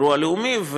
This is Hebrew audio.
אירוע לאומי,